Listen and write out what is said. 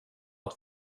att